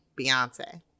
Beyonce